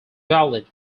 valid